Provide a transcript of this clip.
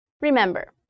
Remember